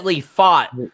fought